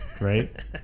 Right